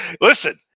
Listen